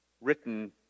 written